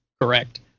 correct